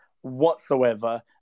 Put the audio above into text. whatsoever